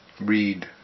read